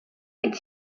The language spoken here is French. est